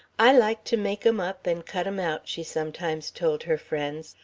i like to make em up and cut em out, she sometimes told her friends.